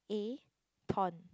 A thorn